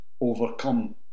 overcome